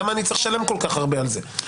למה אני צריך לשלם כל כך הרבה על זה?